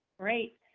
great.